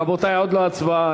רבותי, עוד לא הצבעה.